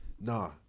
Nah